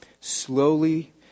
slowly